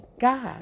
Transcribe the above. God